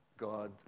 God